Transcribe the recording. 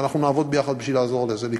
ואנחנו נעבוד ביחד בשביל לעזור לזה לקרות.